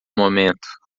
momento